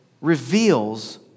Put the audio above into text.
reveals